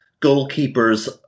goalkeepers –